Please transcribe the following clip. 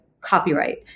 copyright